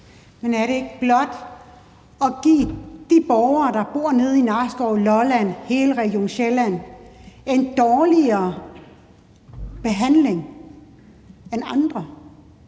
Men er det ikke blot at give de borgere, der bor nede i Nakskov, på Lolland, i hele Region Sjælland, en dårligere behandling end andre?